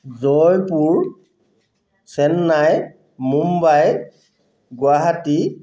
Jaipur Chennai Mumbai Guwahati